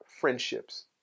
friendships